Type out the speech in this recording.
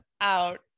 out